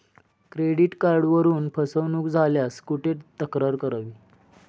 Credit कार्डवरून फसवणूक झाल्यास कुठे तक्रार करावी?